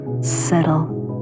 settle